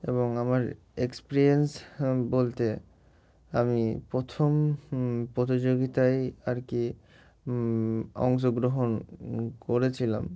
এবং আমার এক্সপিরিয়েন্স বলতে আমি প্রথম প্রতিযোগিতায় আর কি অংশগ্রহণ করেছিলাম